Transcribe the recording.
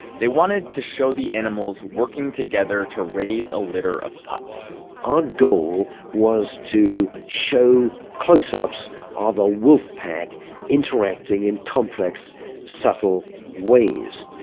they wanted to show the animals working together to raise a litter of pups our goal was to show close-ups of a wolf pack interacting in complex subtle ways,